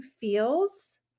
feels